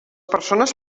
persones